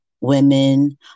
women